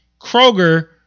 kroger